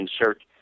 insert